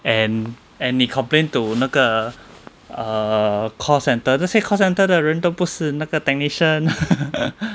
and and 你 complain to 那个 err call centre 这些 call centre 的人都不是那个 technician